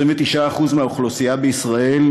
29% מהאוכלוסייה בישראל,